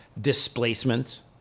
Displacement